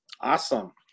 Awesome